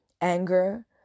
anger